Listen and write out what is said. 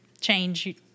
change